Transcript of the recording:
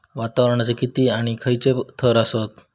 वातावरणाचे किती आणि खैयचे थर आसत?